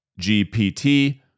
GPT